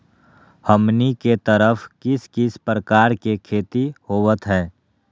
हमनी के तरफ किस किस प्रकार के खेती होवत है?